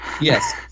Yes